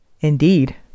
indeed